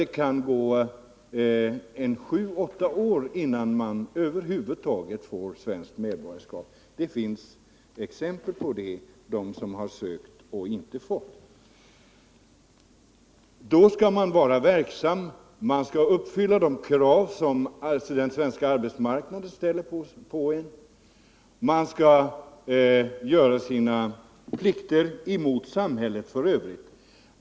Det kan gå sju åtta år innan man får svenskt medborgarskap. Det finns exempel på det och på personer som sökt men inte fått. Man skall vara verksam i Sverige och uppfylla de krav som den svenska arbetsmarknaden ställer, och man skall i övrigt göra sina plikter gentemot samhället.